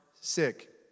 sick